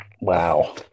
Wow